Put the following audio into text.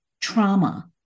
trauma